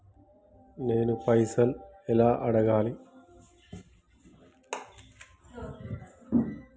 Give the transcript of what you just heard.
నేను పైసలు ఎలా అడగాలి?